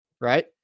right